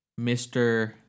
Mr